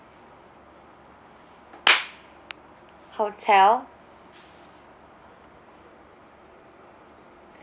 mmhmm hotel